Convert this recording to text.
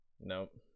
nope